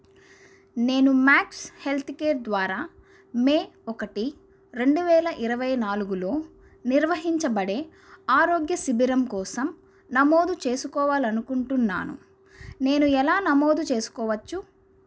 నేను Max health care ద్వారా May ఒకటి రెండు వేల ఇరవై నాలుగులో నిర్వహించబడే ఆరోగ్య శిబిరం కోసం నమోదు చేసుకోవాలి అనుకుంటున్నాను నేను ఎలా నమోదు చేసుకోవచ్చు